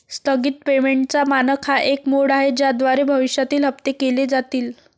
स्थगित पेमेंटचा मानक हा एक मोड आहे ज्याद्वारे भविष्यातील हप्ते केले जातील